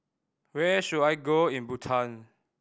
where should I go in Bhutan